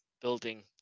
building